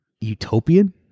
utopian